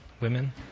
women